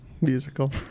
Musical